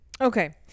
Okay